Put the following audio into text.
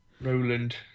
Roland